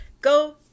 go